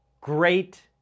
great